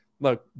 look